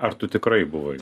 ar tu tikrai buvai